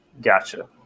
Gotcha